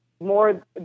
more